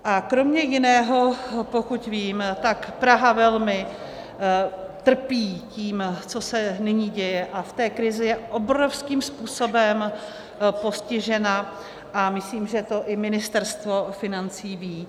A kromě jiného, pokud vím, tak Praha velmi trpí tím, co se nyní děje, a v té krizi je obrovským způsobem postižena a myslím, že to i Ministerstvo financí ví.